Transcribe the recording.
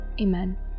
Amen